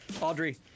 Audrey